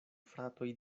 fratoj